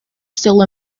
still